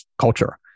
culture